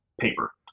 paper